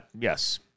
Yes